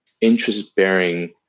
Interest-bearing